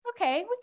Okay